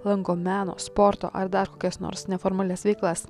lanko meno sporto ar dar kokias nors neformalias veiklas